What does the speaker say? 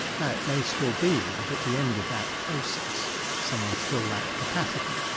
now it may still be that at the end of that process someone still lacked capacity,